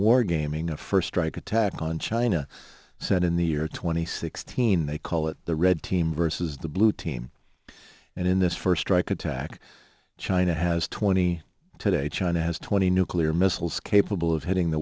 war gaming a first strike attack on china said in the year two thousand and sixteen they call it the red team vs the blue team and in this first strike attack china has twenty today china has twenty nuclear missiles capable of hitting the